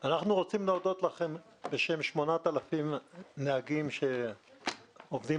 אנחנו רוצים להודות לכם בשם 8,000 נהגים שעובדים